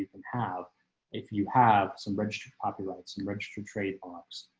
can have if you have some registered copyrights and registered trademarks,